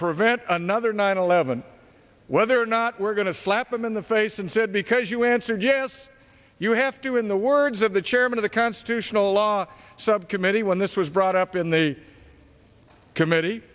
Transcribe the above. prevent another nine eleven whether or not we're going to slap them in the face and said because you answered yes you have to in the words of the chairman of the constitutional law subcommittee when this was brought up in the committee